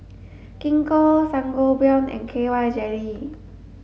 Gingko Sangobion and K Y jelly